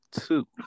two